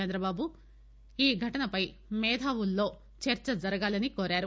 చంద్రబాబు ఈఘటనపై మేధావుల్లో చర్చ జరగాలని కోరారు